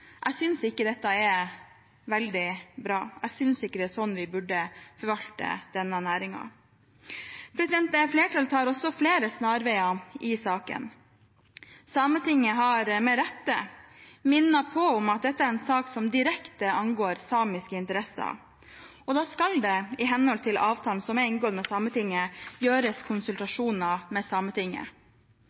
Jeg synes ikke dette er veldig bra, det er ikke slik vi bør forvalte denne næringen. Flertallet tar også flere snarveier i saken. Sametinget har, med rette, minnet om at dette er en sak som direkte angår samiske interesser. Da skal det, i henhold til avtalen som er inngått med Sametinget, gjøres konsultasjoner med